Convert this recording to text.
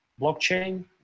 blockchain